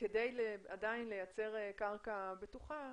כדי לייצר קרקע בטוחה,